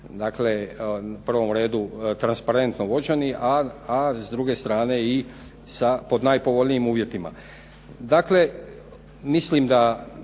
dakle u prvom redu transparentno vođeni, a s druge strane i sa pod najpovoljnijim uvjetima.